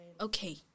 okay